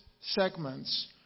segments